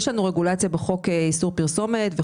בחוק איסור פרסומת יש לנו רגולציה,